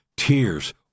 Tears